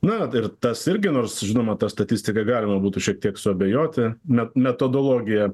na tai ir tas irgi nors žinoma tą statistika galima būtų šiek tiek suabejoti met metodologija